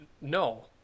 no